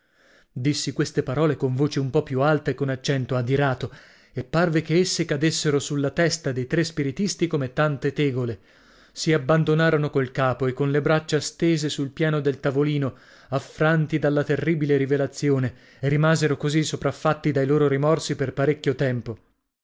dissi queste parole con voce un po più alta e con accento adirato e parve che esse cadessero sulla testa dei tre spiritisti come tante tegole si abbandonarono col capo e con le braccia stese sul piano del tavolino affranti dalla terribile rivelazione e rimasero così sopraffatti dai loro rimorsi per parecchio tempo